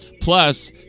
Plus